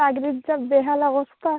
রাজ্যের যা বেহাল অবস্তা